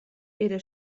era